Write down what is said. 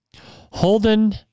Holden